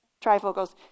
trifocals